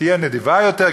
תהיה נדיבה יותר,